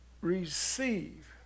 receive